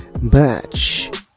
match